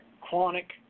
chronic